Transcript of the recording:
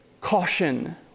caution